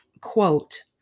quote